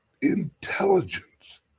intelligence